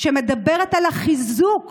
שמדברת על החיזוק